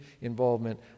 involvement